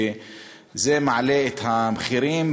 וזה מעלה את המחירים,